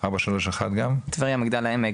גם לקו 431 טבריה-מגדל העמק,